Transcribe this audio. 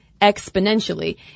exponentially